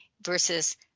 versus